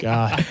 God